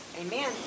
Amen